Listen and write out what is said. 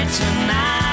tonight